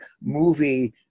movie